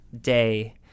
day